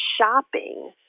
shopping